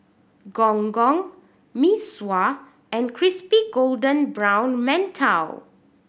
Gong Gong Mee Sua and crispy golden brown mantou